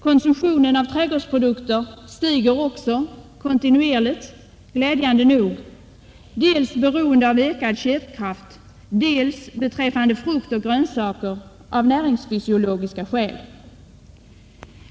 Konsumtionen av trädgårdsprodukter stiger också kontinuerligt, glädjande nog, dels beroende på ökad köpkraft, dels — beträffande frukt och grönsaker — av näringsfysiologiska skäl.